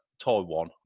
taiwan